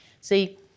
See